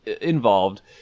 involved